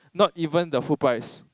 not even the full price